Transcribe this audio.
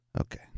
okay